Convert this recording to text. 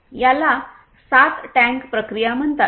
याला 7 टँक प्रक्रिया म्हणतात